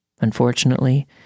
Unfortunately